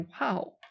Wow